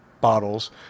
bottles